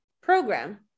program